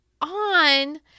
on